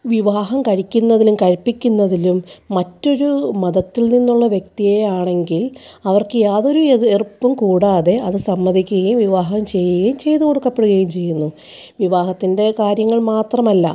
വിവാഹം കഴിക്കുന്നതിലും കഴിപ്പിക്കുന്നതിലും മറ്റൊരു മതത്തില് നിന്നുള്ള വ്യക്തിയെ ആണെങ്കില് അവര്ക്ക് യാതൊരു എതിര്പ്പും കൂടാതെ അത് സമ്മതിക്കുകയും വിവാഹം ചെയ്യുകയും ചെയ്തു കൊടുക്കപ്പെടുകയും ചെയ്യുന്നു വിവാഹത്തിന്റെ കാര്യങ്ങള് മാത്രമല്ല